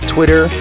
Twitter